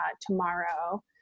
tomorrow